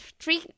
three